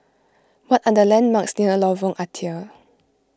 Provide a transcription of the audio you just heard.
what are the landmarks near Lorong Ah Thia